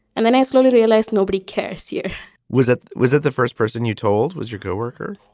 and then i slowly realized nobody cares here was it was it the first person you told was your co-worker?